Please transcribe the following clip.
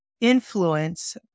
influence